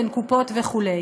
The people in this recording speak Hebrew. בין קופות וכו'.